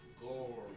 Gore